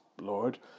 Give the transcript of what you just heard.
Lord